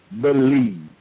believe